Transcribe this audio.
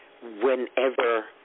whenever